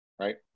right